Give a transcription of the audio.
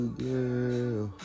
girl